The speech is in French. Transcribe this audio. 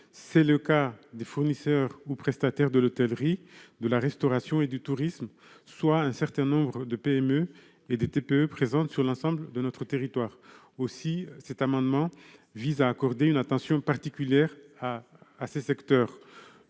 C'est le cas des fournisseurs ou prestataires de l'hôtellerie, de la restauration et du tourisme, qui représentent un certain nombre de TPE et de PME réparties sur l'ensemble de notre territoire. Cet amendement vise à accorder une attention particulière à ces secteurs.